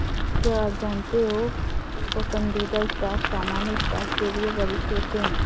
क्या आप जानते हो पसंदीदा स्टॉक सामान्य स्टॉक के लिए वरिष्ठ होते हैं?